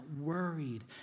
worried